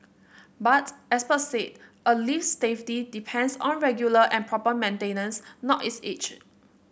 but experts said a lift's safety depends on regular and proper maintenance not its age